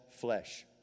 flesh